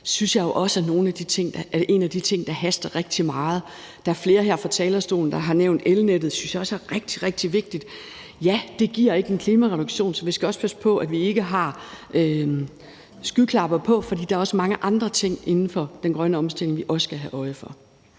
synes jeg jo også er en af de ting, der haster rigtig meget. Der er flere, der her fra talerstolen har nævnt elnettet, og det synes jeg også er rigtig vigtigt. Nej, det giver ikke en klimareduktion, men vi skal også passe på, at vi ikke har skyklapper på, for der er også mange andre ting inden for den grønne omstilling, vi skal have øje for.